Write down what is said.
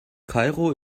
kairo